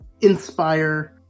inspire